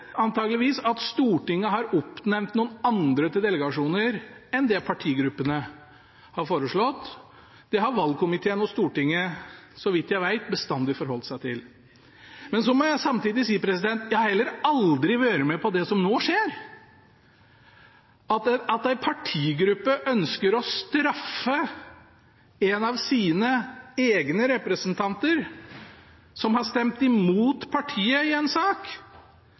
– at Stortinget har oppnevnt noen andre til delegasjoner enn det partigruppene har foreslått. Det har valgkomiteen og Stortinget, så vidt jeg vet, bestandig forholdt seg til. Men så må jeg samtidig si at jeg heller aldri har vært med på det som nå skjer, at en partigruppe ønsker å straffe en av sine egne representanter som har stemt imot partiet i en sak,